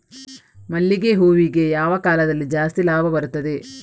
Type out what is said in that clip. ಮಲ್ಲಿಗೆ ಹೂವಿಗೆ ಯಾವ ಕಾಲದಲ್ಲಿ ಜಾಸ್ತಿ ಲಾಭ ಬರುತ್ತದೆ?